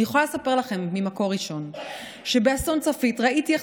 אני יכולה לספר לכם ממקור ראשון שבאסון צפית ראיתי איך